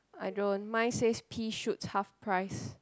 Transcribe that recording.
I don't mine says pea shoot half price